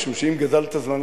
משום שאם גזלת זמן,